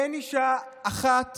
אין אישה אחת